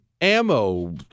ammo